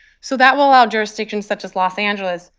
so that will allow jurisdictions such as los angeles,